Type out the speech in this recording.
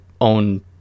own